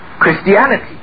Christianity